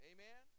Amen